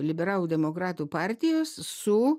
liberalų demokratų partijos su